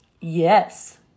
Yes